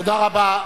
תודה רבה.